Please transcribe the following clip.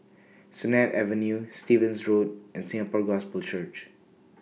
Sennett Avenue Stevens Road and Singapore Gospel Church